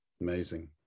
Amazing